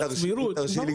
אז הסבירות --- אם תרשי לי,